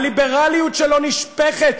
הליברליות שלנו נשפכת.